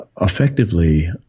effectively